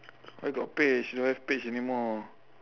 where got page don't have page anymore